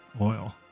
oil